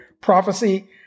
prophecy